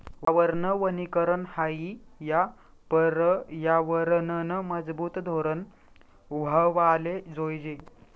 वावरनं वनीकरन हायी या परयावरनंनं मजबूत धोरन व्हवाले जोयजे